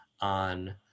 on